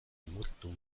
limurtu